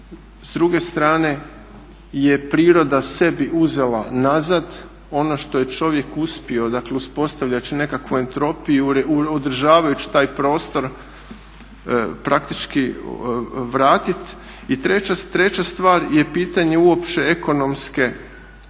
s druge strane je priroda sebi uzela nazad ono što je čovjek uspio, dakle uspostavljajući nekakvu entropiju, održavajući taj prostor praktički vratiti. I treća stvar je pitanje uopće ekonomske